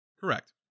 Correct